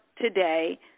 today